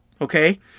Okay